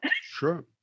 Sure